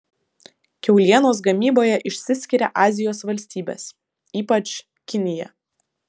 kiaulienos gamyboje išsiskiria azijos valstybės ypač kinija